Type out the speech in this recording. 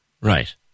right